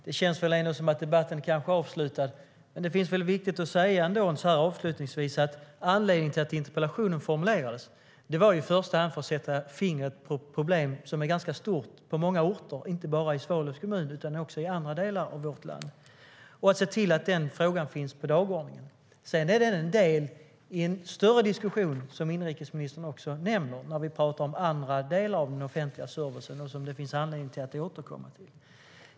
Fru talman! Det känns som att debatten kanske är avslutad. Men det är viktigt att avslutningsvis få säga att anledningen till att interpellationen formulerades i första hand var att jag ville sätta fingret på ett problem som är ganska stort på många orter i vårt land, inte bara i Svalövs kommun, och se till att frågan finns på dagordningen. Sedan är den en del i en större diskussion, som inrikesministern också nämner, om andra delar i den offentliga servicen som det finns anledning att återkomma till.